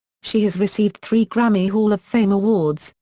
she has received three grammy hall of fame awards,